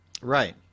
Right